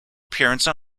appearance